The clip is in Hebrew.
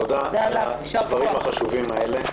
תודה על הדברים החשובים האלה.